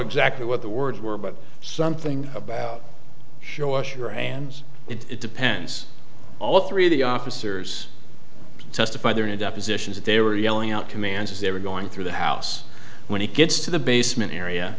exactly what the words were but something about sure wash your hands it depends all three of the officers testify there in depositions that they were yelling out commands as they were going through the house when he gets to the basement area